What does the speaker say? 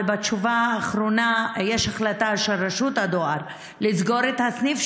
ובתשובה האחרונה יש החלטה של רשות הדואר לסגור את הסניף,